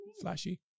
flashy